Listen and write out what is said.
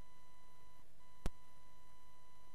ההצעה הראשונה